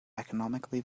economically